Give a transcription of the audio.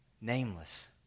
Nameless